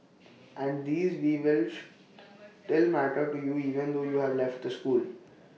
and these we'll wish that matter to you even though you have left the school